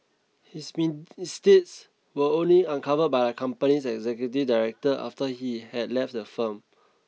his mean misdeeds were only uncovered by the company's executive director after he had left the firm